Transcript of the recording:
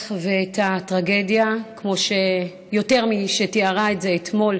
ואת הטרגדיה יותר משתיארה את זה אתמול